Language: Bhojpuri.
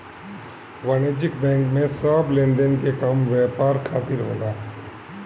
वाणिज्यिक बैंक में सब लेनदेन के काम व्यापार खातिर होला